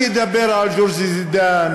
אני אדבר על יוסף זידאן,